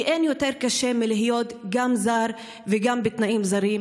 כי אין יותר קשה מלהיות גם זר וגם בתנאים זרים